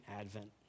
advent